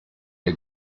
dei